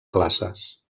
classes